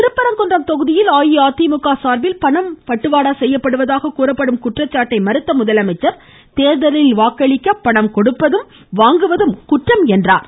திருப்பரங்குன்றம் தொகுதியில் அஇஅதிமுக சார்பில் பணம் வழங்கப்படுவதாக கூறப்படும் குற்றச்சாட்டை மறுத்த முதலமைச்சர் தேர்தலில் வாக்களிக்க பணம் கொடுப்பதும் வாங்குவதும் குற்றம் என்றார்